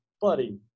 buddy